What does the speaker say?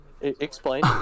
Explain